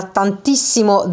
tantissimo